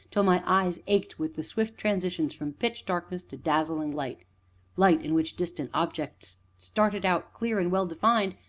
till my eyes ached with the swift transitions from pitch darkness to dazzling light light in which distant objects started out clear and well defined,